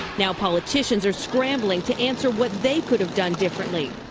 now politicians are scrambling to answer what they could have done differently.